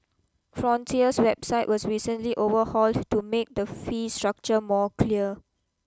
frontier's website was recently overhauled to make the fee structure more clear